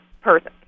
person